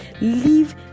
Leave